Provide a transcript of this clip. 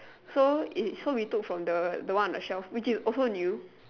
so it so we took from the the one on the shelf which is also new